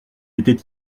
était